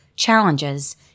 challenges